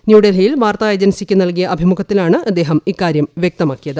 ന്യൂഡൽഹിയിൽ വാർത്താ ഏജൻസിയ്ക്ക് നൽകിയ അഭിമുഖത്തിലാണ് അദ്ദേഹം ഇക്കാര്യം വൃക്തമാക്കിയത്